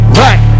right